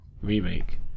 remake